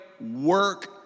work